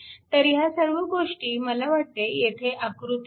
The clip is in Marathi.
तर ह्या सर्व गोष्टी मला वाटते येथे आकृती 3